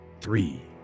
three